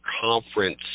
conference